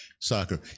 soccer